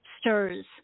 stirs